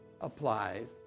applies